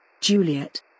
Juliet